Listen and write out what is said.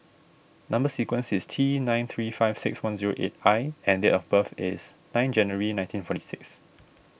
Number Sequence is T nine three five six one zero eight I and date of birth is nine January nineteen forty six